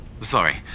Sorry